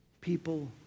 people